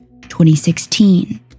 2016